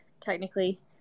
technically